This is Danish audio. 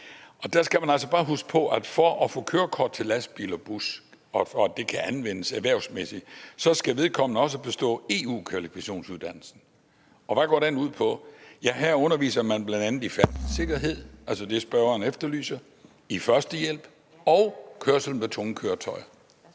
Der skal man altså bare huske på, at for at få kørekort til lastbil og bus, så det kan anvendes erhvervsmæssigt, så skal vedkommende også bestå EU-kvalifikationsuddannelsen. Og hvad går den ud på? Ja, her underviser man bl.a. i færdselssikkerhed – altså det, spørgeren efterlyser – i førstehjælp og i kørsel med tunge køretøjer.